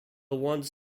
once